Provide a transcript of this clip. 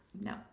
no